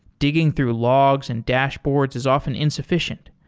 digging through logs and dashboards is often insufficient.